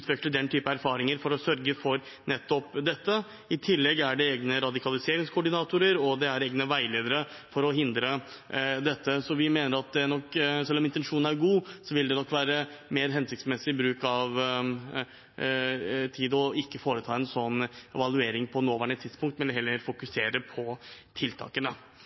den type erfaringer for å sørge for nettopp dette. I tillegg er det egne radikaliseringskoordinatorer, og det er egne veiledere for å hindre dette. Så selv om intensjonen er god, vil det nok være mer hensiktsmessig bruk av tid ikke å foreta en sånn evaluering på nåværende tidspunkt, men heller fokusere på tiltakene.